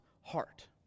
heart